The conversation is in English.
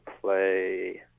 play